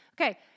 Okay